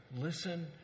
Listen